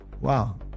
wow